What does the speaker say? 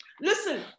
listen